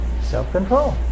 Self-control